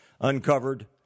uncovered